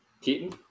Keaton